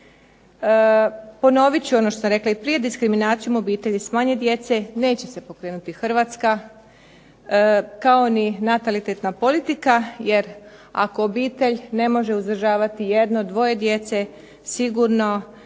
Ponovit ću ono što sam rekla i prije, diskriminacijom obitelji s manje djece neće se pokrenuti Hrvatska kao ni natalitetna politika jer ako obitelj ne može izdržavati jedno, dvoje djece sigurno